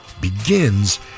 begins